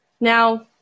Now